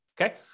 okay